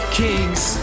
kings